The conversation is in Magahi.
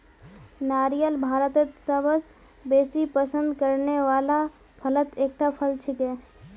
नारियल भारतत सबस बेसी पसंद करने वाला फलत एकता फल छिके